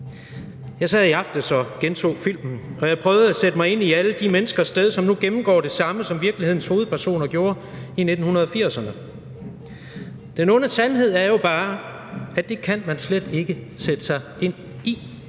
Jeg sad i aftes og genså filmen, og jeg prøvede at sætte mig i alle de menneskers sted, som nu gennemgår det samme, som virkelighedens hovedpersoner gjorde i 1980'erne. Den onde sandhed er jo bare, at det kan man slet ikke sætte sig ind i.